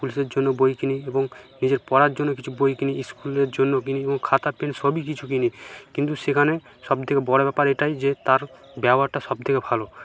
পুলিশের জন্য বই কিনি এবং নিজের পড়ার জন্য কিছু বই কিনি ইস্কুলের জন্য কিনি এবং খাতা পেন সবই কিছু কিনি কিন্তু সেখানে সবথেকে বড় ব্যাপার এটাই যে তার ব্যবহারটা সবথেকে ভালো